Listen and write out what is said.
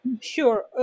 Sure